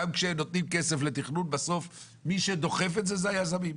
גם כשנותנים כסף לתכנון בסוף מי שדוחף את זה זה היזמים.